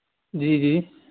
جی جی